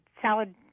salad